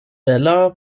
bela